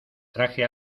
traje